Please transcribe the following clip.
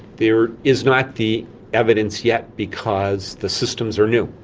there is not the evidence yet because the systems are new.